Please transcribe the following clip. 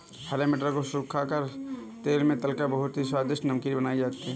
हरे मटर को सुखा कर तेल में तलकर बहुत ही स्वादिष्ट नमकीन बनाई जाती है